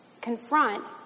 confront